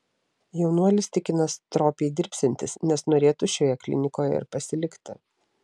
jaunuolis tikina stropiai dirbsiantis nes norėtų šioje klinikoje ir pasilikti